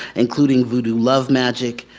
including voodoo love magic,